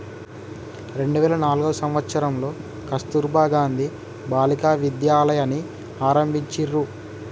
రెండు వేల నాల్గవ సంవచ్చరంలో కస్తుర్బా గాంధీ బాలికా విద్యాలయని ఆరంభించిర్రు